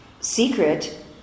secret